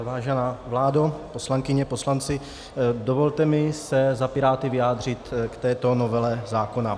Vážená vládo, poslankyně, poslanci, dovolte mi se za Piráty vyjádřit k této novele zákona.